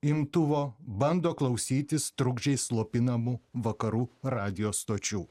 imtuvo bando klausytis trukdžiai slopinamų vakarų radijo stočių